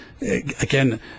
again